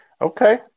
Okay